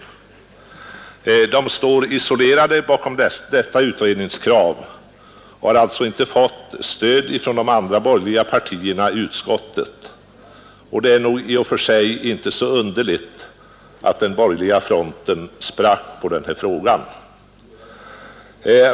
Centerledamöterna står isolerade bakom detta utredningskrav och har alltså inte fått stöd från de andra borgerliga partierna i utskottet. Det är nog i och för sig inte så underligt att den borgerliga fronten sprack i den här frågan.